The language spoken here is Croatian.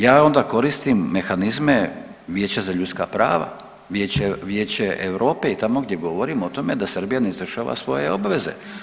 Ja onda koristim mehanizme Vijeća za ljudska prava, Vijeće EU i tamo gdje govorim da o tome da Srbija ne izvršava svoje obveze.